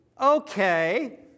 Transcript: okay